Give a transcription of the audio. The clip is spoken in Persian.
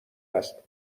است